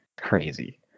crazy